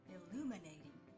Illuminating